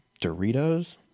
Doritos